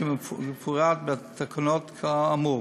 כמפורט בתקנות כאמור.